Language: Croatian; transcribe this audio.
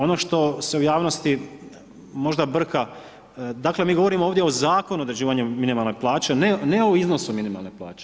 Ono što se u javnosti možda brka, dakle, mi govorimo ovdje o zakonu određivanje minimalne plaće, ne o iznosu minimalne plaće.